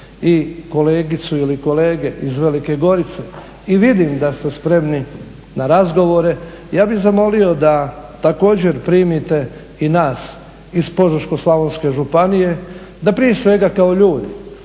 i kolegicu ili kolege iz Velike gorice i vidim da ste spremni na razgovore, ja bih zamolio da također primite i nas iz Požeško-slavonske županije, da prije svega kao ljudi